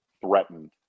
threatened